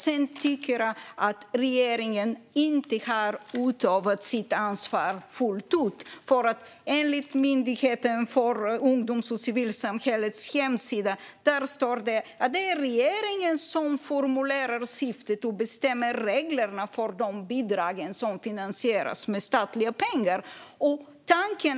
Sedan tycker jag inte att regeringen har utövat sitt ansvar fullt ut. På Myndigheten för ungdoms och civilsamhällets hemsida står att det är regeringen som formulerar syftet och bestämmer reglerna för de bidrag som finansieras med statliga pengar.